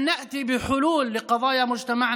היא נתנה לנו הזדמנות להיות כוח פוליטי משפיע,